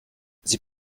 sie